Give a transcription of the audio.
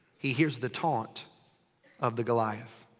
he hears the taunt of the goliath.